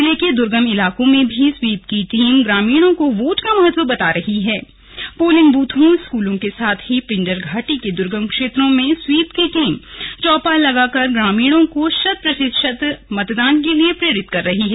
जिले के दुर्गम इलाकों में भी स्वीप की टीम ग्रामीणों को वोट का महत्व बता रही है पोलिंग बूथों स्कूलों के साथ ही पिंडर घाटी के दुर्गम क्षेत्रों में स्वीप की टीम चौपाल लगाकर ग्रामीणों को शत प्रतिशत मतदान के लिए प्रेरित कर रही है